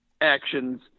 actions